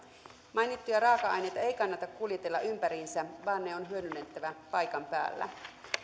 mainittuja raaka aineita ei kannata kuljetella ympäriinsä vaan ne on hyödynnettävä paikan päällä